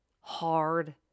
hard